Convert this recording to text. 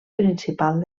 principal